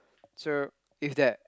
so if that